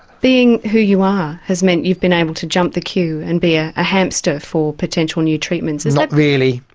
being who you are has meant you've been able to jump the queue and be a ah hamster for potential new treatments. not really.